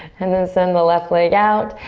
and then send the left leg out,